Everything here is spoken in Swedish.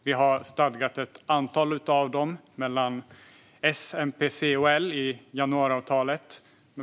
Vi har stadgat ett antal av dem mellan S, MP, C och L i januariavtalet.